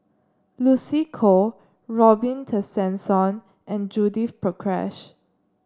Lucy Koh Robin Tessensohn and Judith Prakash